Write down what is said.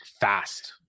fast